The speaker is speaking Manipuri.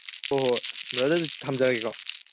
ꯍꯣꯏ ꯍꯣꯏ ꯕ꯭ꯔꯗꯔ ꯑꯗꯨꯗꯤ ꯊꯝꯖꯔꯒꯦꯀꯣ